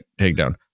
takedown